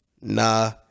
Nah